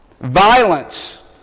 violence